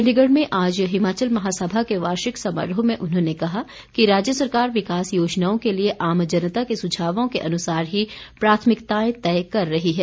चण्डीगढ़ में आज हिमाचल महासभा के वार्षिक समारोह में उन्होंने कहा कि राज्य सरकार विकास योजनाओं के लिए आम जनता के सुझावों के अनुसार ही प्राथमिकताएं तय कर रही है